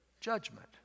judgment